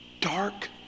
dark